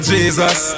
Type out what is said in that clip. Jesus